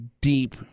deep